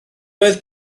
oedd